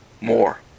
more